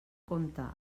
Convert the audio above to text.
compte